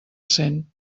cent